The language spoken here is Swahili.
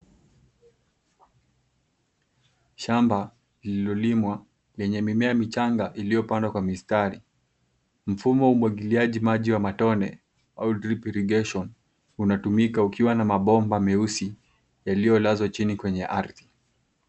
Shamba lililolimwa lenye mimea michanga iliyopandwa kwa mistari. Mfumo wa umwagiliaji wa matone au drip irrigation unatumika ukiwa na mabomba meusi yaliyolazwa chini kwenye ardhi.